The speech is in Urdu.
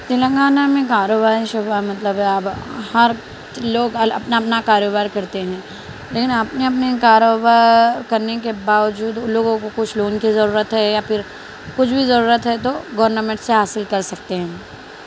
تلنگانہ میں کاروباری شعبہ مطلب اب ہر لوگ الگ اپنا اپنا کاروبار کرتے ہیں لیکن اپنے اپنے کاروبار کرنے کے باوجود ان لوگوں کو کچھ لون کی ضرورت ہے یا پھر کچھ بھی ضرورت ہے تو گورنامنٹ سے حاصل کر سکتے ہیں